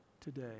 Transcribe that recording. today